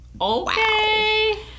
okay